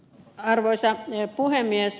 arvoisa puhemies